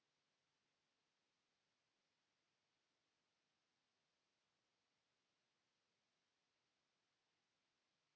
Kiitos.